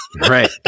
Right